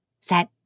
set